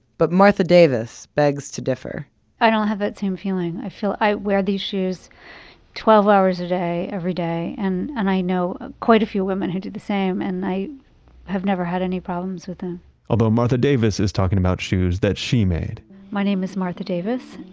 but martha davis begs to differ i don't have that same feeling. i wear these shoes twelve hours a day, every day. and and i know ah quite a few women who do the same. and i have never had any problems with them although martha davis is talking about shoes that she made my name is martha davis.